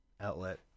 outlet